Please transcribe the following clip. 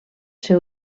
ser